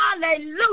hallelujah